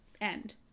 end